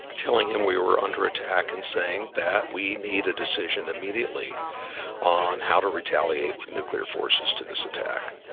telling him we were under attack and saying that we need a decision immediately on how to retaliate with nuclear forces to this attack.